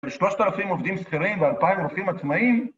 שלושת אלפים עובדים שכירים ואלפיים רופאים עצמאיים